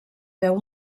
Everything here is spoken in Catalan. veu